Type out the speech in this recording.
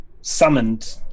summoned